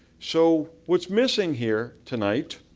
so, what's missing here tonight,